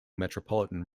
metropolitan